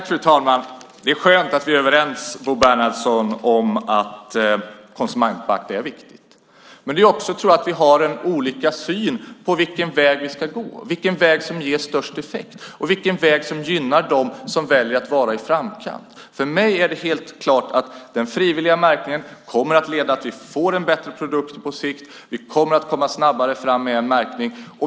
Fru talman! Det är skönt att Bo Bernhardsson och jag är överens om att konsumentmakt är viktigt. Vi har olika syn på vilken väg vi ska gå, vilken väg som ger störst effekt och vilken väg som gynnar dem som väljer att vara i framkant. För mig är det helt klart att den frivilliga märkningen kommer att leda till att vi får bättre produkter på sikt. Vi kommer att komma snabbare fram med märkning.